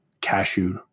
cashew